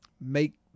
Make